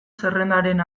zerrendaren